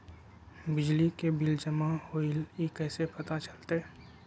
बिजली के बिल जमा होईल ई कैसे पता चलतै?